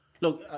Look